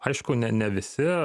aišku ne ne visi